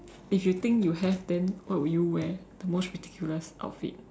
if you think you have then what would you wear the most ridiculous outfit